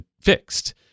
fixed